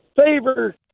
favor